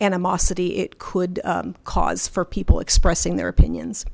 animosity it could cause for people expressing their opinions